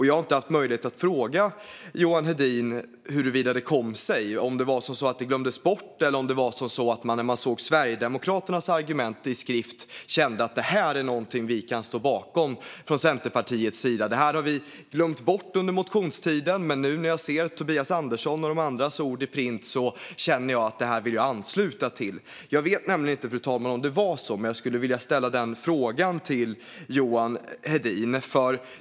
Jag har inte haft möjlighet att fråga Johan Hedin hur det kom sig. Var det så att det glömdes bort? Eller kände ni när ni såg Sverigedemokraternas argument att det var någonting som Centerpartiet kan stå bakom? Ni hade kanske glömt bort det under motionstiden, men när ni såg Tobias Anderssons och de andras ord i skrift kände ni kanske att det var något som ni ville ansluta er till. Jag vet inte om det var på det sättet, fru talman. Men jag vill ställa den frågan till Johan Hedin.